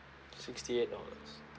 sixty eight dollars